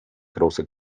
große